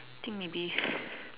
I think maybe